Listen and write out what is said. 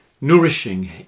nourishing